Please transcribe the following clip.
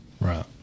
Right